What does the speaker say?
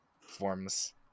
forms